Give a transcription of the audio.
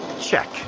check